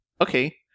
okay